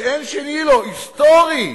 שאין שני לו, היסטורי: